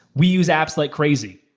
we use apps like crazy.